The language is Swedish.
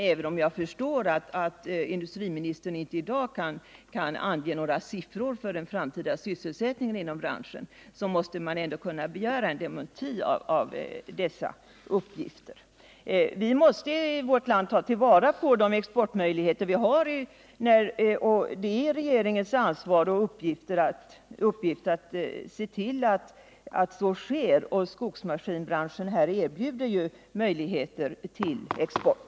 Även om jag förstår att industriministern inte i dag kan ange några siffror för den framtida sysselsättningen inom branschen, måste man ändå kunna begära en dementi av dessa uppgifter. Vi måste i vårt land ta vara på de exportmöjligheter vi har, och det är regeringens ansvar och uppgift att se till att så sker. Skogsmaskinsbranschen erbjuder möjligheter till export.